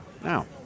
Now